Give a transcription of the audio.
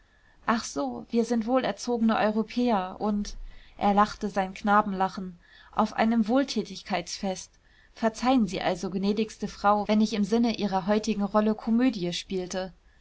ach so wir sind wohlerzogene europäer und er lachte sein knabenlachen auf einem wohltätigkeitsfest verzeihen sie also gnädigste frau wenn ich im sinne ihrer heutigen rolle komödie spielte